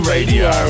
Radio